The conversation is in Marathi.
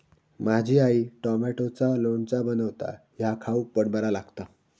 माझी आई टॉमॅटोचा लोणचा बनवता ह्या खाउक पण बरा लागता